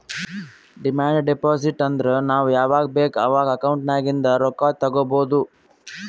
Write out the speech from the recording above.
demand deposit ಅಂದುರ್ ನಾವ್ ಯಾವಾಗ್ ಬೇಕ್ ಅವಾಗ್ ಅಕೌಂಟ್ ನಾಗಿಂದ್ ರೊಕ್ಕಾ ತಗೊಬೋದ್